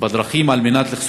לבטיחות בדרכים ל-550 מיליון שקל,